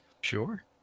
Sure